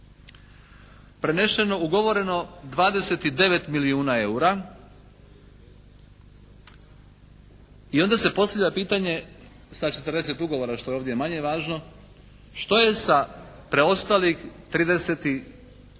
prenešeno, ugovoreno 29 milijuna EUR-a i onda se postavlja pitanje sa 40 ugovora što je ovdje manje važno što je sa preostalih 33 milijuna